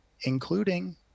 including